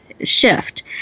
shift